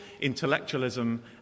intellectualism